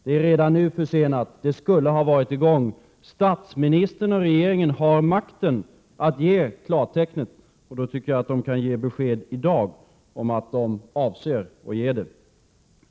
Det är redan nu försenat, det skulle ha varit i gång. Statsministern och regeringen har makten att ge klartecknet, och då tycker jag att de kan ge besked i dag om att de avser att ge det.